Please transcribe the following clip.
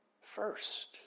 first